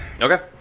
Okay